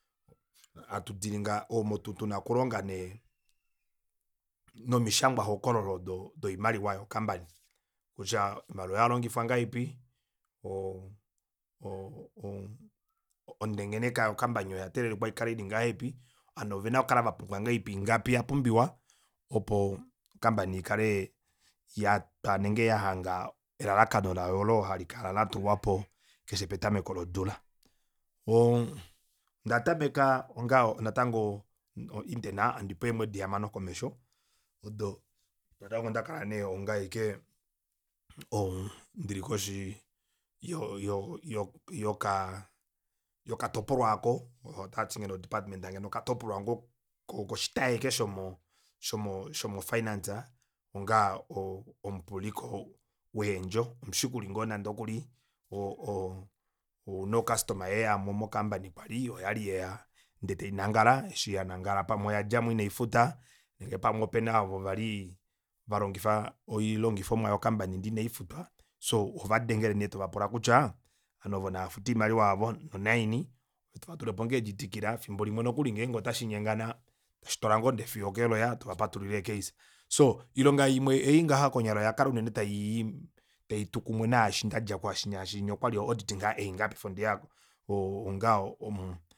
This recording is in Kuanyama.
Hatu dealing omo tuna okulonga nee nomishangwa hokololo odo doimaliwa yo company kutya oimaliwa oya longifwa ngahelipi o- o- o- omutengenekwa wo comapany oya teelelika ile ili ngahelipi ovanhu ovena okukala vapumbwa ngahelipi ingapi yapumbiwa opo o comapany ikale yatwa ile yahanga elelakano layo olo hali kala latulwapo keshe petameko lodula oo ondatameka onga natango internal handi pewa eemwedi hamano komesho odo natango ndakala nee onga aike oo ndili koshi yo- yo- yo yoka yokatopolwa aako otaati neengeno o department ngeno okatopolwa ngoo koshitayi aike shomo shomo shomo finance onga o- o- omupuliko weedjo omushikuli ngoo nande okuli o- o- o- una ocustomer yayemo kwali nande okuli mo comapany oyali yeyamo ndee tainangala eshi yanangala pamwe oya djamo inaifuta nenge pamwe opena aavo vali valongifa oilongifomwa yo company ndee ina ifutwa soo ohovandengele nee tovapula kutya ovanhu oovo nava fute oimaliwa yavo nonaini ove tova tulilepo ngoo endjidikila efimbo limwe nokuli ngeenge otashinyengana tashi twalwa ngoo nee fiyo okee lawyer tova patululile ee case. Soo ilonga imwe ei ngaha konyala oyakala unene taiyii taitukumwe naashi ndadja kusho shinya shinya ndadja okwali o auditing eingaha paife ondeya onga omuu